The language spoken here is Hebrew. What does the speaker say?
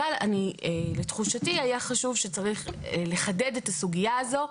אבל לתחושתי היה חשוב לחדד את הסוגיה הזאת,